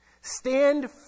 Stand